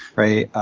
right,